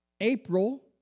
April